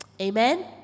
Amen